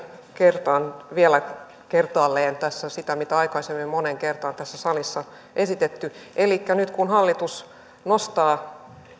kertaan vielä kertaalleen tässä sitä mitä aikaisemmin moneen kertaan tässä salissa on esitetty elikkä nyt kun hallitus nostaa